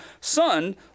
son